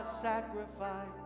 sacrifice